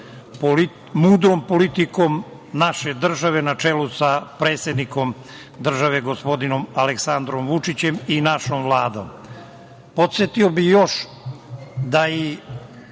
mudroj politici naše države na čelu sa predsednikom države, gospodinom Aleksandrom Vučićem i našom Vladom. Podsetio bih još da i